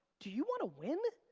do you wanna win?